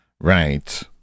Right